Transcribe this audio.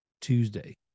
Tuesday